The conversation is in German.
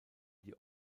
die